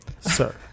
sir